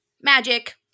magic